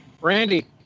Randy